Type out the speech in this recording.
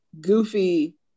goofy